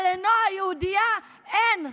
אבל לנועה היהודייה אין.